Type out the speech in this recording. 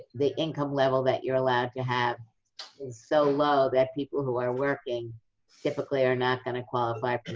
the income level that you're allowed to have is so low that people who are working typically are not going to qualify